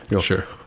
Sure